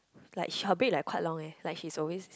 like she her break like quite long leh like she's always